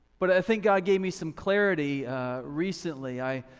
but i think god gave me some clarity recently, i